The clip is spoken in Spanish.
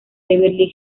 beverly